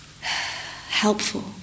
helpful